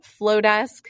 Flowdesk